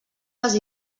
les